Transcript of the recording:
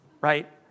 Right